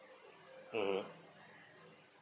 mmhmm